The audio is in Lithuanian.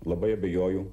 labai abejoju